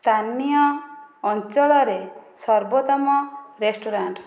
ସ୍ଥାନୀୟ ଅଞ୍ଚଳରେ ସର୍ବୋତ୍ତମ ରେଷ୍ଟୁରାଣ୍ଟ